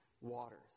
waters